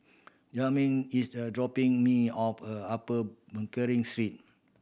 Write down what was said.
Yasmine is a dropping me off a Upper Pickering Street